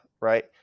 Right